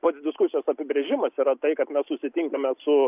pats diskusijos apibrėžimas yra tai kad mes susitinkame su